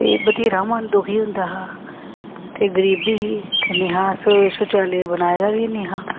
ते बथ्हेरा मन दुखी होंदा हा ते गरीबी ही ते नेहा अस शौचालय बनाए दा बी हैनी हा